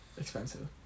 expensive